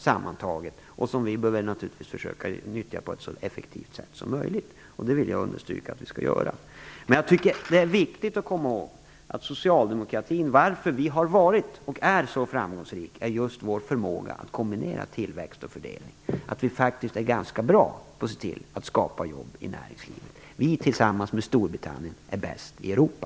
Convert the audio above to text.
De behöver vi naturligtvis försöka nyttja på ett så effektivt sätt som möjligt. Det vill jag understryka att vi skall göra. Det är viktigt att komma ihåg att orsaken till varför Socialdemokraterna har varit och är så framgångsrika är just vår förmåga att kombinera tillväxt och fördelning. Vi är faktiskt ganska bra på att se till att skapa jobb i näringslivet. Sverige är tillsammans med Storbritannien bäst på det i Europa.